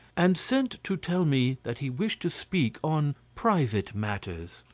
and sent to tell me that he wished to speak on private matters.